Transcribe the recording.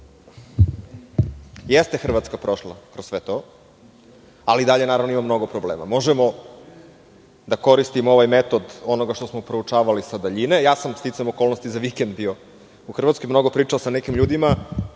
sebe. Jeste Hrvatska prošla kroz sve to, ali i dalje ima mnogo problema. Možemo da koristimo ovaj metod onoga što smo proučavali sa daljine, a ja sam sticajem okolnosti za vikend bio u Hrvatskoj i pričao sa nekim ljudima.